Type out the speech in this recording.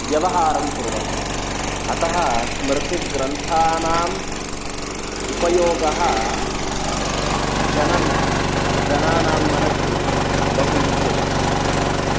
व्यवहारं कुर्वन्ति अतः स्मृतिग्रन्थानाम् उपयोगः जनं जनानां मनसि बहु विद्यते